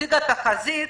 הציגה תחזית,